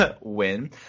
win